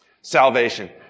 Salvation